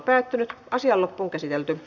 asian käsittely päättyi